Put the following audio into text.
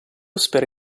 spera